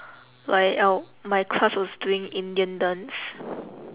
like uh my class was doing indian dance